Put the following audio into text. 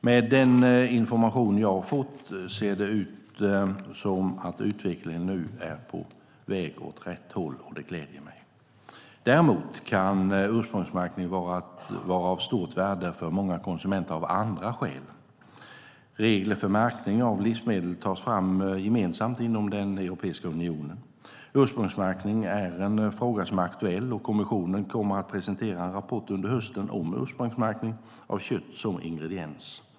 Med den information jag fått så ser det ut som att utvecklingen nu är på väg åt rätt håll, och det gläder mig. Däremot kan ursprungsmärkning vara av stort värde för många konsumenter av andra skäl. Regler för märkning av livsmedel tas fram gemensamt inom Europeiska unionen. Ursprungsmärkning är en fråga som är aktuell och kommissionen kommer att presentera en rapport under hösten om ursprungsmärkning av kött som ingrediens.